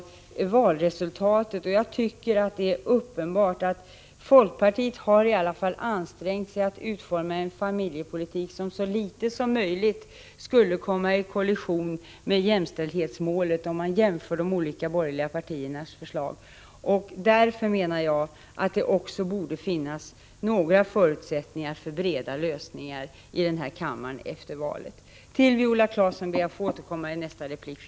När man jämför de olika borgerliga partiernas förslag tycker jag det är uppenbart att folkpartiet i alla fall har ansträngt sig att utforma en familjepolitik som så litet som möjligt skulle komma på kollisionskurs med jämställdhetsmålet. Därför menar jag att det också borde finnas förutsättningar för breda lösningar här i kammaren efter valet. Till Viola Claesson ber jag att få återkomma i nästa replik.